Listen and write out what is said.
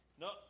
No